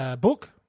book